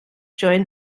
joined